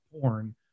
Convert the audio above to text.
porn